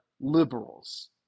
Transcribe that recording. liberals